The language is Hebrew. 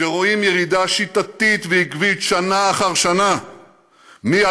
שרואים ירידה שיטתית ועקבית שנה אחר שנה מ-2009.